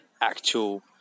actual